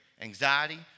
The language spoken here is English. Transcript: anxiety